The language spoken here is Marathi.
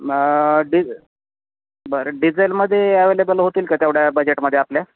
मग डि बरं डिझेलमध्ये ॲवेलेबल होतील का तेवढ्या बजेटमध्ये आपल्या